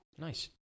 Nice